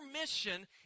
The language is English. mission